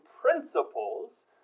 principles